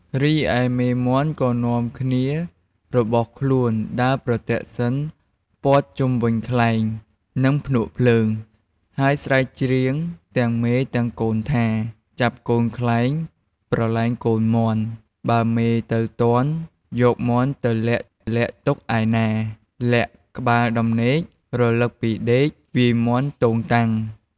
រីឯមេមាន់ក៏នាំគ្នារបស់ខ្លួនដើរប្រទក្សិណព័ទ្ធជុំវិញខ្លែង និងភ្នក់ភ្លើង ហើយស្រែកច្រៀងទាំងមេទាំងកូនថា«ចាប់កូនខ្លែងប្រឡែងកូនមាន់បើមេទៅទាន់ យកមាន់ទៅលាក់លាក់ទុកឯណា លាក់ក្បាលដំណេក រលឹកពីដេក វាយមាន់តូងតាង»។